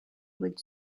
would